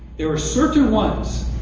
there were certain ones,